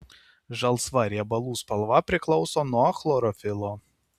žalsva riebalų spalva priklauso nuo chlorofilo